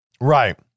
Right